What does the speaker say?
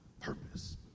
purpose